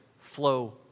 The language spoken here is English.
flow